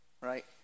right